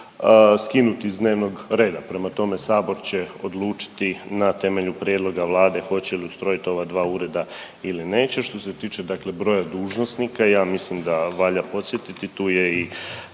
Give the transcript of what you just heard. skinuti s dnevnog reda. Prema tome, Sabor će odlučiti na temelju prijedloga Vlade hoće li ustrojiti ova dva ureda ili neće. Što se tiče broja dužnosnika, ja mislim da valja podsjetiti tu je i